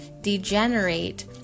degenerate